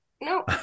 No